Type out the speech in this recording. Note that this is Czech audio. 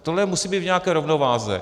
Tohle musí být v nějaké rovnováze.